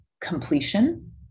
completion